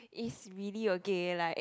if really okay like